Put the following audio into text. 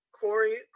Corey